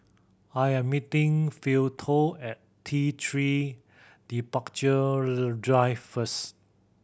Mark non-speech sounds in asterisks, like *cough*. I am meeting Philo at T Three Departure *unintelligible* Drive first